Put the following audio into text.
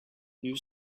you